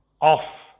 off